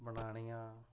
बनानियां